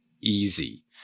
easy